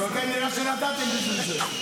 זה יותר ממה שנתתם בשביל זה.